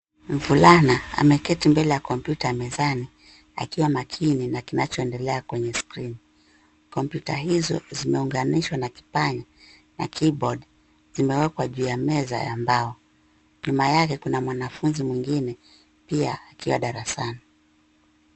Mvulana ameketi mbele ya kompyuta mezani akiwa makini na kinachoendelea kwenye screen . Kompyuta hizo zimeunganishwa na kipanya na keyboard zimewekwa juu ya meza ya mbao. Nyuma yake kuna pia mwanafunzi mwingine pia, akiwa darasani.